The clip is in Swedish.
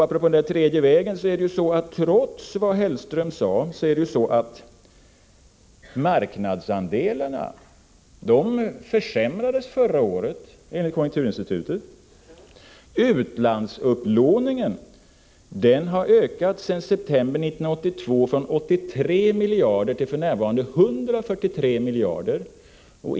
Trots det Mats Hellström sade om den tredje vägen försämrades marknadsandelarna förra året enligt konjunkturinstitutet. Utlandsupplåningen har sedan september 1982 ökat från 83 miljarder till för närvarande 143 miljarder.